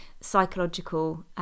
psychological